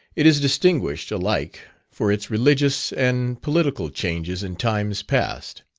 it is distinguished alike for its religious and political changes in times past.